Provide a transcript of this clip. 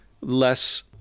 less